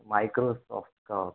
Microsoft का